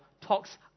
talks